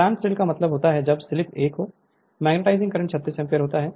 standstill का मतलब होता है जब स्लिप 1 मैग्नेटाइजिंग करंट 36 एम्पीयर होता है